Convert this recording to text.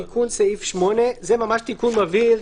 תיקון סעיף 8. זה ממש תיקון מבהיר,